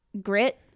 grit